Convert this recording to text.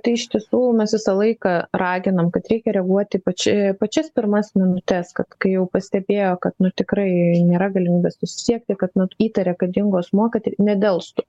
tai iš tiesų mes visą laiką raginam kad reikia reaguoti į pačia pačias pirmas minutes kad kai jau pastebėjo kad nu tikrai nėra galimybės susisiekti kad na įtaria kad dingo asmuo kad ir nedelstų